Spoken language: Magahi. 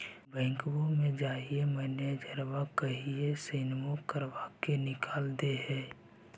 बैंकवा मे जाहिऐ मैनेजरवा कहहिऐ सैनवो करवा के निकाल देहै?